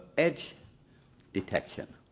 edge detection.